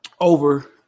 over